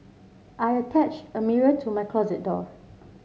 I attached a mirror to my closet door